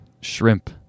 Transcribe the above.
shrimp